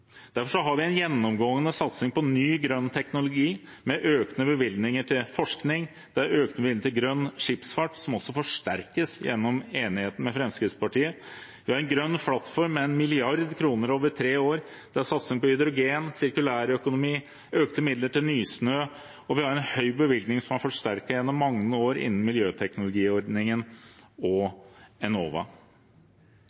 Derfor har vi en gjennomgående satsing på ny, grønn teknologi, med økte bevilgninger til forskning. Det er økt bevilgning til grønn skipsfart, som også forsterkes gjennom enigheten med Fremskrittspartiet. Vi har en grønn plattform med 1 mrd. kr over tre år. Det er satsing på hydrogen og sirkulær økonomi, det er økte midler til Nysnø, og vi har en høy bevilgning, som er forsterket gjennom mange år, innen miljøteknologiordningen og